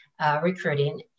recruiting